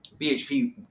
BHP